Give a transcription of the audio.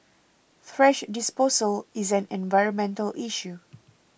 thrash disposal is an environmental issue